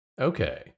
Okay